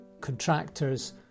contractors